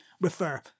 refer